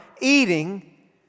eating